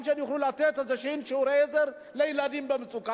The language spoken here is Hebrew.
שהם יוכלו לתת שיעורי עזר לילדים במצוקה.